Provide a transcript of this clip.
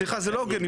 סליחה, זה לא הוגן.